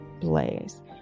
blaze